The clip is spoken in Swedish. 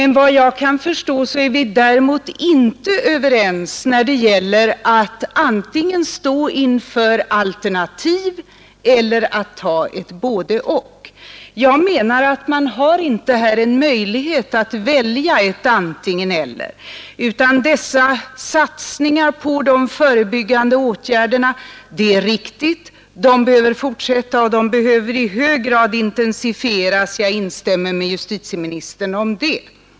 Såvitt jag kan förstå är vi däremot inte överens när det gäller uppfattningen att vi här skulle kunna välja mellan olika alternativ eller att ta ett både—och. Jag menar att man har här inte möjlighet att välja mellan antingen —eller, utan satsningarna på de förebyggande åtgärderna behöver fortsättas — det är riktigt — och de behöver i hög grad intensifieras. Det håller jag med justitieministern om.